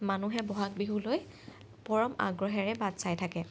মানুহে ব'হাগ বিহুলৈ পৰম আগ্ৰহেৰে বাট চাই থাকে